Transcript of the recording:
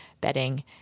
bedding